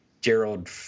Gerald